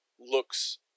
looks